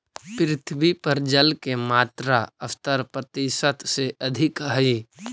पृथ्वी पर जल के मात्रा सत्तर प्रतिशत से अधिक हई